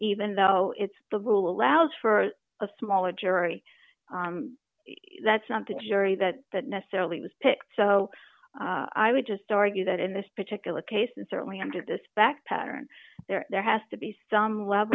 even though it's the rule allows for a smaller jury that's not the jury that that necessarily was picked so i would just argue that in this particular case and certainly under this back pattern there has to be some